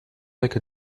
like